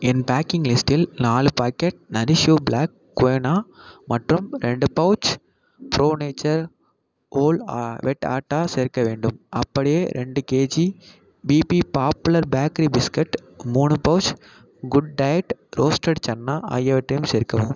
என் packing லிஸ்டில் நாலு packet nourish you black quinoa மற்றும் ரெண்டு pouch pro nature whole wheat atta சேர்க்க வேண்டும் அப்படியே ரெண்டு KG BB popular bakery biscuit மூணு pouch good diet roasted chana ஆகியவற்றையும் சேர்க்கவும்